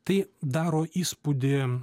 tai daro įspūdį